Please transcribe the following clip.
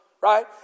right